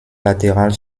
latérale